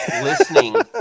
listening